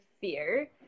fear